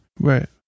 Right